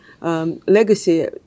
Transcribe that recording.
legacy